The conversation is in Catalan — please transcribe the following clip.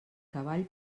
cavall